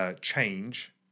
change